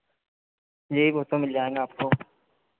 जी वो तो मिल जाएँगे आपको